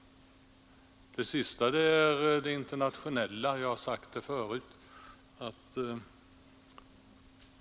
För det tredje vill jag beröra det internationella arbetet i detta sammanhang.